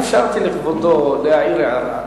אני אפשרתי לכבודו להעיר הערה,